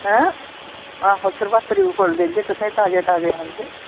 हैं आहो शिवरात्री पर फुल्ल देगे तुसें गी ताज़ें ताज़े